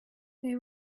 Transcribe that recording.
they